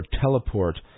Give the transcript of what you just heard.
teleport